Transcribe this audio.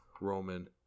Roman